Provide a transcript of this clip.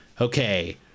okay